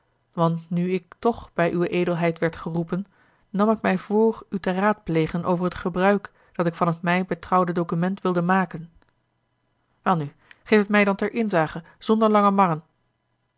want nu ik toch bij uwe edelheid werd geroepen nam ik mij voor u te raadplegen over het gebruik dat ik van het mij betrouwde document wilde maken welnu geef het mij dan ter inzage zonder langer marren